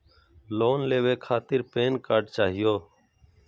Loan लेवे खातीर PAN card चाहियो?